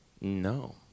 No